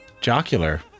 jocular